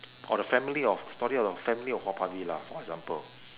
or the family of the story about family of haw par villa for example